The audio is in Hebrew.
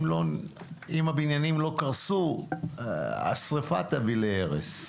אם הבניינים לא קרסו, השריפה תביא להרס.